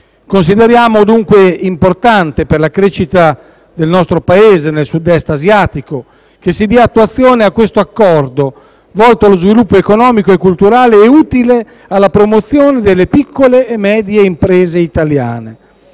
Consideriamo dunque importante, per la crescita del nostro Paese nel Sud-Est asiatico, che si dia attuazione a questo Accordo, volto allo sviluppo economico e culturale e utile alla promozione delle piccole e medie imprese italiane.